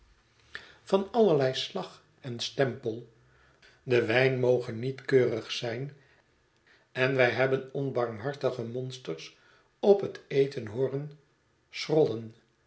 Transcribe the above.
van allerlei slag en stempel de wijn moge niet keurig zijn en wij hebben onbarmhartige monsters op het eten hooren